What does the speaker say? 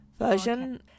version